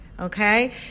Okay